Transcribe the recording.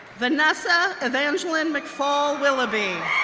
vanessa evangeline mcfall willaby,